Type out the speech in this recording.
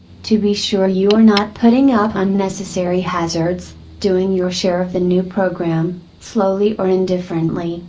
to be sure you are not putting up unnecessary hazards, doing your share of the new program, slowly or indifferently,